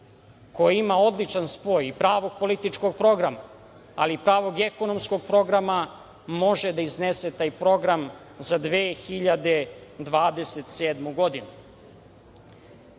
koji ima odličan spoj i pravog političkog programa, ali i pravog ekonomskog programa, može da iznese taj program za 2027. godinu. Ako